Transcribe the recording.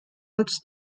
als